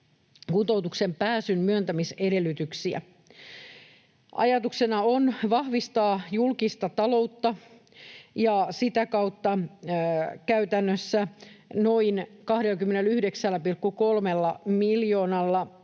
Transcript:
kuntoutukseen pääsyn myöntämisedellytyksiä. Ajatuksena on vahvistaa julkista taloutta, ja sitä kautta käytännössä noin 29,3 miljoonalla